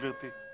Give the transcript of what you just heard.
גברתי.